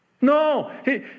No